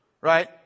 right